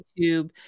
YouTube